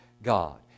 God